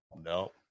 No